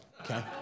Okay